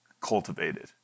cultivated